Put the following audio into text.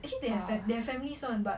actually they have fa~ they have families [one] but